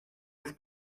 las